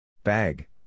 Bag